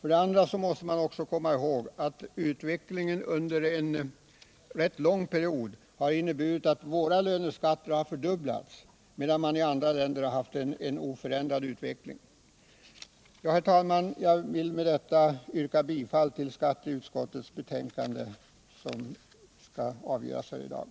Man måste också komma ihåg att utvecklingen under en lång period inneburit att våra löneskatter har fördubblats, medan man i andra länder har haft en oförändrad utveckling. Herr talman! Jag vill med detta yrka bifall till utskottets hemställan i skatteutskottets betänkande.